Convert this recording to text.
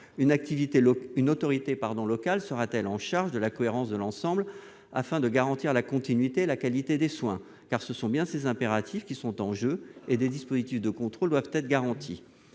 Une autorité locale sera-t-elle chargée de la cohérence de l'ensemble, afin de garantir la continuité et la qualité des soins ? Ce sont bien ces impératifs qui sont en jeu et des dispositifs de contrôle doivent être garantis.